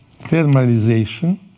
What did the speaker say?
thermalization